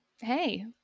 Hey